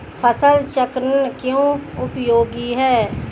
फसल चक्रण क्यों उपयोगी है?